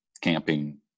camping